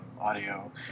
audio